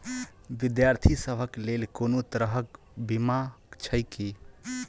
विद्यार्थी सभक लेल कोनो तरह कऽ बीमा छई की?